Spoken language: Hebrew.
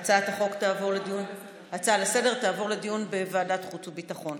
ההצעה לסדר-היום תעבור לדיון בוועדת החוץ והביטחון.